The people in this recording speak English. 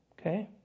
Okay